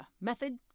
method